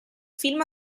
film